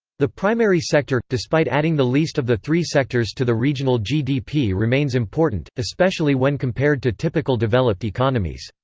the primary sector, despite adding the least of the three sectors to the regional gdp remains important, especially when compared to typical developed economies.